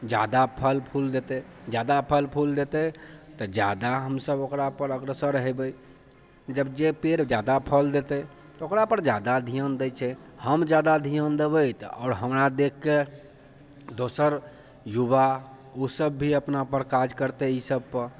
ज्यादा फल फूल देतै ज्यादा फल फूल देतै तऽ ज्यादा हमसभ ओकरापर अग्रसर हेबै जब जे पेड़ ज्यादा फल देतै तऽ ओकरापर ज्यादा धियान दै छै हम ज्यादा धियान देबै तऽ आओर हमरा देखकऽ दोसर युवा ओ सब भी अपनापर काज करतै ई सभपर